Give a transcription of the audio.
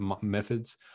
methods